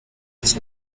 cyane